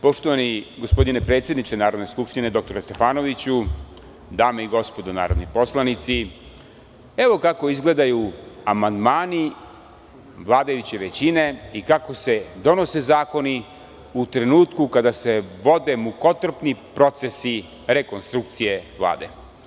Poštovani gospodine predsedniče Narodne skupštine, dr Stefanoviću, dame i gospodo narodni poslanici, evo kako izgledaju amandmani vladajuće većine i kako se donose zakoni u trenutku kada se vode mukotrpni procesi rekonstrukcije Vlade.